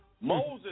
Moses